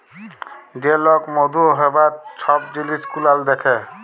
যে লক মধু হ্যবার ছব জিলিস গুলাল দ্যাখে